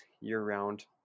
year-round